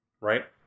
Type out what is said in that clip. right